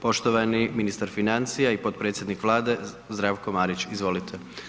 Poštovani ministar financija i potpredsjednik Vlade Zdravko Marić, izvolite.